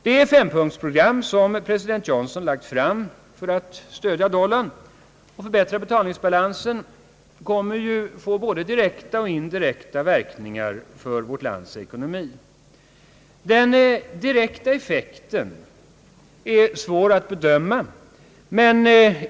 Det fempunktsprogram som president Johnson har lagt fram för att stödja dollarn och förbättra betalningsbalansen kommer att få både direkta och indirekta verkningar för vårt lands ekonomi. Den direkta effekten är svår att bedöma.